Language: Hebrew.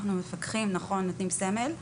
אנחנו מפקחים, נותנים סמל,